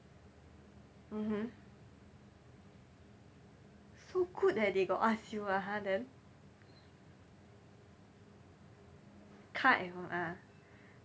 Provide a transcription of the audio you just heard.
mmhmm so good eh they got ask you (uh huh) then car at home ah